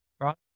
right